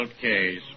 case